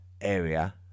area